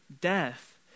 death